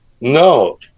No